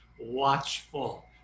watchful